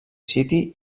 city